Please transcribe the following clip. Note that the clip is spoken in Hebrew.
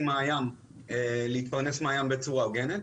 מן הים להתפרנס מן הים בצורה הוגנת,